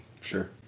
Sure